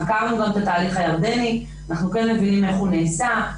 חקרנו גם את התהליך הירדני ואנחנו כן מבינים איך הוא נעשה,